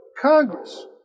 Congress